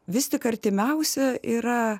vis tik artimiausi yra